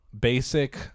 Basic